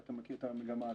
בטח אתה מכיר את המגמה הזאת.